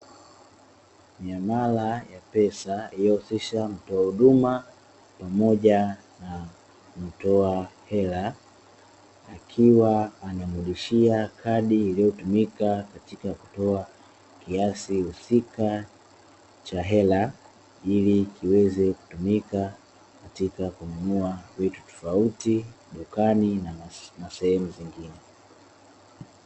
Miamala ya pesa inayohusisha mtoa huduma pamoja na mtoa hela, akiwa anamrudishia kadi iliyotumika katika kutoa kiasi husika cha hela. Ili kiweze kutumika katika kununua vitu tofauti dukani na sehemu zingine.